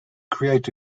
create